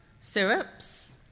syrups